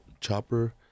chopper